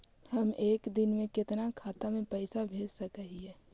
हम एक दिन में कितना खाता में पैसा भेज सक हिय?